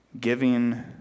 Giving